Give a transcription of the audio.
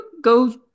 go